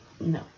no